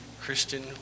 Christian